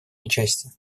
участия